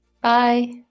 Bye